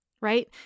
right